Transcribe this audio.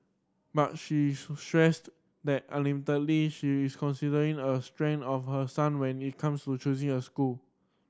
but she stressed that ultimately she is considering a strength of her son when it comes to choosing a school